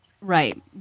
Right